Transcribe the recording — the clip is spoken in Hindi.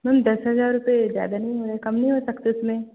मैम दस हजार रुपए ज़्यादा नहीं हो रहे कम नहीं हो सकते उसमें